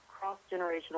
cross-generational